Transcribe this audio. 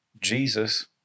Jesus